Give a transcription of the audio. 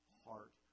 heart